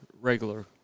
regular